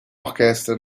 orquestra